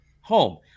home